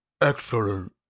Excellent